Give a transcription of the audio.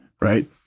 right